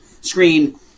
screen